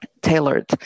tailored